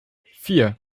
vier